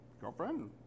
girlfriend